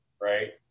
right